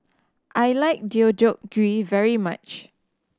I like Deodeok Gui very much